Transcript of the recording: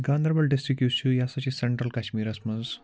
Ganderbal district یُس چھُ یہِ ہَسا چھُ سٮ۪نٹرل کَشمیٖرَس منٛز